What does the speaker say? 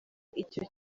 icyo